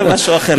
זה משהו אחר.